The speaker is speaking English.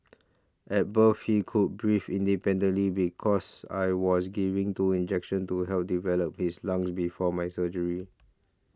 at birth he could breathe independently because I was given two injections to help develop his lungs before my surgery